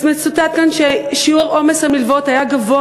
מצוטט כאן ששיעור או עומס המלוות היה גבוה